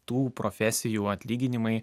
tų profesijų atlyginimai